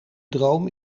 droom